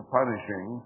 punishing